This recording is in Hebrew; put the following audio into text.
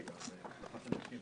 הישיבה ננעלה בשעה